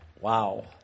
Wow